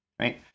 right